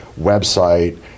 website